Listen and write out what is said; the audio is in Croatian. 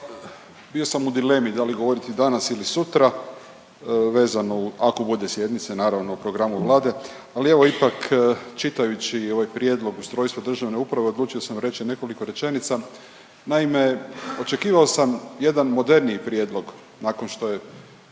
bio sam u dilemi da li govoriti danas ili sutra vezano, ako bude sjednice naravno u programu Vlade, ali evo ipak čitajući ovaj prijedlog Ustrojstvo državne uprave odlučio sam reći nekoliko rečenica. Naime, očekivao sam jedan moderniji prijedlog nakon što je